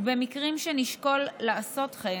ובמקרים שנשקל לעשות כן,